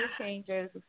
changes